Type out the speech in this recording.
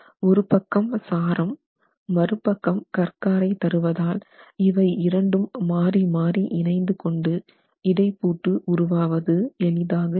ஒரு பக்கம் சாரம் மறுபக்கம் கற் காரை தருவதால் இவை இரண்டும் மாறி மாறி இணைந்து கொண்டு இடைப்பூட்டு உருவாவது எளிதாக இருக்கும்